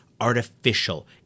artificial